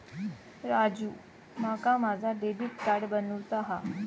राजू, माका माझा debit card बनवूचा हा